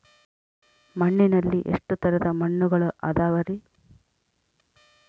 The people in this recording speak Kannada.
ಮಣ್ಣಿನಲ್ಲಿ ಎಷ್ಟು ತರದ ಮಣ್ಣುಗಳ ಅದವರಿ?